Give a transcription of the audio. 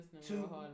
two